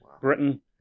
Britain